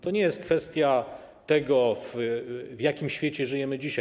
To nie jest kwestia tego, w jakim świecie żyjemy dzisiaj.